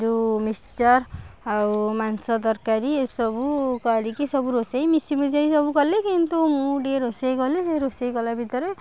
ଯେଉଁ ମିକ୍ସଚର୍ ଆଉ ମାଂସ ତରକାରୀ ଏସବୁ କରିକି ସବୁ ରୋଷେଇ ମିଶି ମୁଶାକି ସବୁ କଲି କିନ୍ତୁ ମୁଁ ଟିକେ ରୋଷେଇ କଲି ସେଇ ରୋଷେଇ କଲା ଭିତରେ